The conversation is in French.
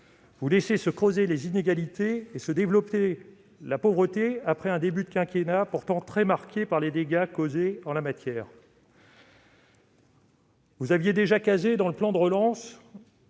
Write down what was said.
vous laissez se creuser les inégalités et se développer la pauvreté, après un début de quinquennat pourtant très marqué par les dégâts causés en la matière. Vous aviez déjà casé dans le plan de relance